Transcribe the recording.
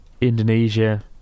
Indonesia